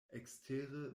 ekstere